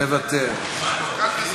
מוותרת.